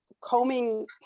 combing